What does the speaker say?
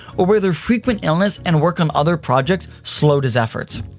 or whether frequent illness and work on other projects slowed his efforts.